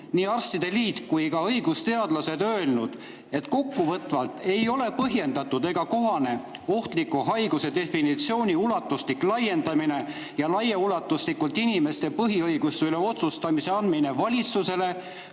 Eesti Arstide Liit kui ka õigusteadlased öelnud, et kokkuvõttes ei ole põhjendatud ega kohane ohtliku haiguse definitsiooni ulatuslikult laiendada ja laiaulatuslikku inimeste põhiõiguste üle otsustamise [õigust] anda valitsusele